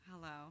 hello